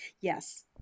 Yes